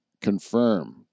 confirm